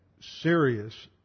serious